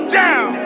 down